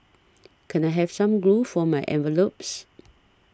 can I have some glue for my envelopes